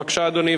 בבקשה, אדוני.